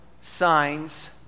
signs